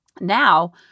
Now